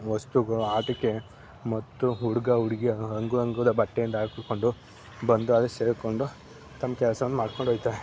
ವಸ್ತುಗಳು ಆಟಿಕೆ ಮತ್ತು ಹುಡುಗ ಹುಡುಗಿಯರು ರಂಗು ರಂಗಿನ ಬಟ್ಟೆಯಿಂದ ಹಾಕಿಕೊಂಡು ಬಂದು ಅಲ್ಲಿ ಸೇರಿಕೊಂಡು ತಮ್ಮ ಕೆಲ್ಸವನ್ನು ಮಾಡ್ಕೊಂಡು ಹೋಗ್ತಾರೆ